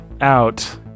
out